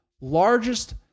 largest